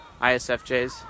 ISFJs